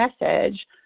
message